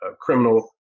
criminal